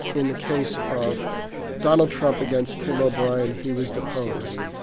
in the case of donald trump against tim o'brien, he was deposed